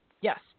Yes